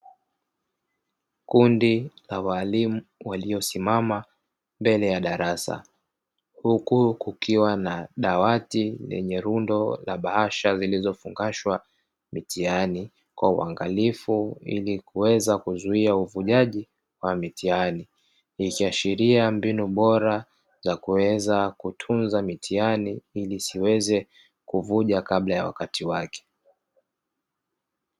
Kundi la waalimu waliosimama mbele ya darasa, huku kukiwa na dawati lenye rundo la bahasha zilizofungashwa mitihani kwa uangalifu ili kuweza kuzuia uvujaji wa mitihani, ikiashiria mbinu bora za kuweza kutunza mitihani ili isiweze kuvuja kabla ya wakati wake.